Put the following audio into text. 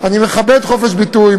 אני מכבד חופש ביטוי,